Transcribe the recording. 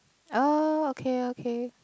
oh okay okay